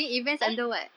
ah